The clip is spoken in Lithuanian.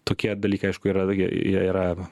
tokie dalykai aišku yra jie yra